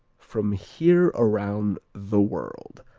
from here around the world.